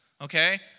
Okay